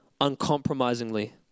uncompromisingly